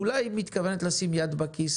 אולי היא מתכוונת לשים יד בכיס